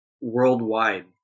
worldwide